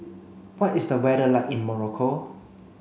what is the weather like in Morocco